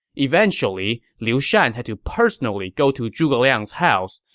eventually, liu shan had to personally go to zhuge liang's house,